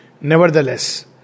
Nevertheless